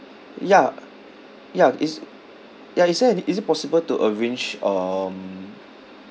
ya ya is ya is there any is it possible to arrange um